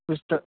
बुस्थु